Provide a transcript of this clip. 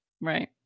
Right